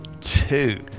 two